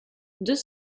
deux